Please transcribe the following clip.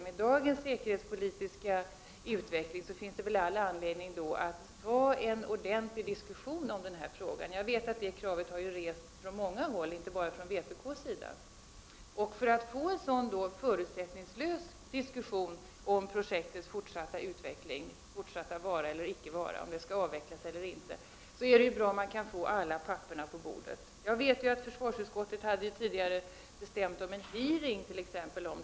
Med dagens säkerhetspolitiska utveckling finns det väl all anledning att ta en ordentlig diskussion i den här frågan. Det kravet har rests från många håll, inte bara av vpk. För att få en förutsättningslös diskussion om projektets fortsatta utveckling — dess vara eller inte vara, om det skall avvecklas eller inte — behöver vi ha alla papperen på bordet. Jag vet att försvarsutskottet tidigare hade planerat en hearing i denna fråga.